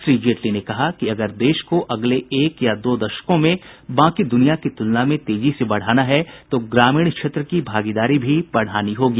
श्री जेटली ने कहा कि अगर देश को अगले एक या दो दशकों में बाकी दुनिया की तुलना में तेजी से बढ़ना है तो ग्रामीण क्षेत्र की भागीदारी भी बढ़ानी होगी